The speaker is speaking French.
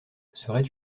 serait